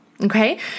okay